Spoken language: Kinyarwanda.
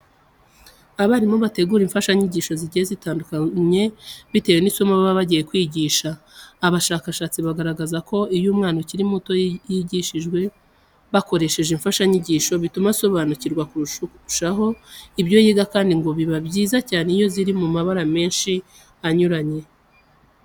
Abarimu bategura imfashanyigisho zigiye zitandukanye bitewe n'isomo baba bagiye kwigisha. Abashakashatsi bagaragaza ko iyo umwana ukiri muto yigishijwe bakoresheje imfashanyigisho, bituma asobanukirwa kurushaho ibyo yiga kandi ngo biba byiza cyane iyo ziri mu mabara menshi anyuranye.